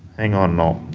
hang on. aw,